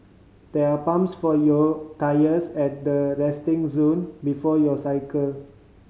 there are pumps for your tyres at the resting zone before you cycle